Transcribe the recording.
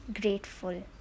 grateful